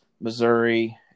Missouri –